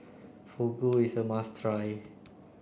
Fugu is a must try